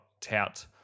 tout